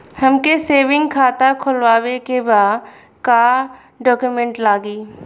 हमके सेविंग खाता खोलवावे के बा का डॉक्यूमेंट लागी?